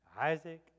Isaac